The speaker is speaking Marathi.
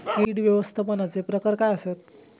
कीड व्यवस्थापनाचे प्रकार काय आसत?